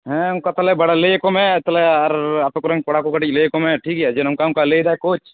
ᱦᱮᱸ ᱚᱱᱠᱟ ᱛᱟᱦᱚᱞᱮ ᱵᱟᱲᱮ ᱞᱟᱹᱭᱟᱠᱚ ᱢᱮ ᱛᱟᱦᱚᱞᱮ ᱟᱨ ᱟᱯᱮ ᱠᱚᱨᱮᱱ ᱠᱚᱲᱟ ᱠᱚ ᱠᱟᱹᱴᱤᱡ ᱞᱟᱹᱭᱟᱠᱚ ᱢᱮ ᱴᱷᱤᱠ ᱜᱮᱭᱟ ᱡᱮ ᱱᱚᱠᱟ ᱚᱱᱠᱟ ᱞᱟᱹᱭᱮᱫᱟᱭ ᱠᱳᱪ